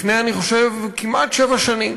לפני אני חושב, כמעט שבע שנים,